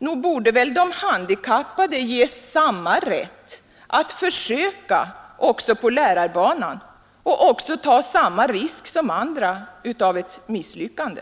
Nog borde de handikappade ges samma rätt att försöka också på lärarbanan och även ta samma risk som andra av ett misslyckande.